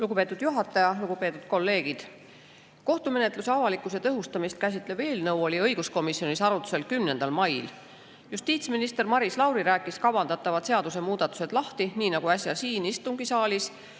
Lugupeetud juhataja! Lugupeetud kolleegid! Kohtumenetluse avalikkuse tõhustamist käsitlev eelnõu oli õiguskomisjonis arutlusel 10. mail. Justiitsminister Maris Lauri rääkis kavandatavad seadusemuudatused lahti, nii nagu ka äsja siin istungisaalis.